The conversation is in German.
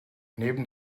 neben